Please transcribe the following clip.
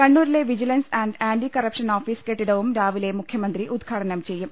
കണ്ണൂരിലെ vigilance and anti corruption office കെട്ടിടവും രാവിലെ മുഖ്യമന്ത്രി ഉദ്ഘാടനം ചെയ്യും